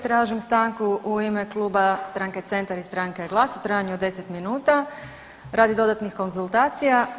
Tražim stanku u ime kluba stranke CENTAR i stranke GLAS u trajanju od deset minuta radi dodatnih konzultacija.